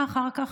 מה אחר כך?